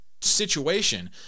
situation